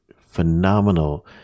phenomenal